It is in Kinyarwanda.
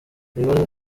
ibibazo